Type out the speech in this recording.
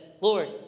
Lord